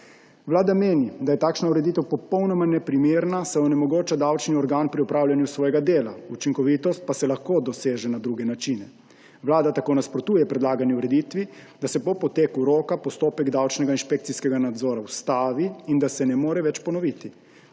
Vlada meni, da je takšna ureditev popolnoma neprimerna, saj onemogoča davčni organ pri opravljanju svojega dela, učinkovitost pa se lahko doseže na druge načine. Vlada tako nasprotuje predlagani ureditvi, da se po poteku roka postopek davčnega inšpekcijskega nadzora ustavi in da se ne more več ponoviti.